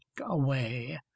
away